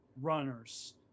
runners